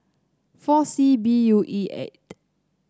four C B U E eight